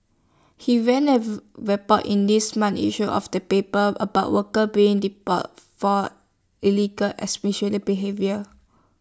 he ran A report in this month's issue of the paper about workers being deported for alleged behaviour